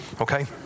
okay